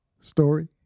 story